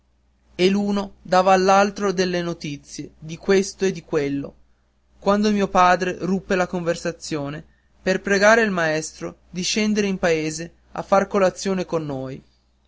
e l'uno dava all'altro delle notizie di questo e di quello quando mio padre ruppe la conversazione per pregare il maestro di scendere in paese a far colazione con noi